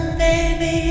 baby